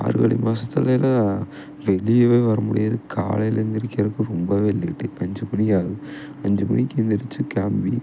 மார்கழி மாதத்துலேலாம் வெளியவே வரமுடியாது காலையில் எந்திரிக்கிறது ரொம்பவே லேட்டு அஞ்சு மணி ஆகும் அஞ்சு மணிக்கு எந்திரிச்சு கிளம்பி